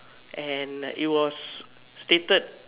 and it was stated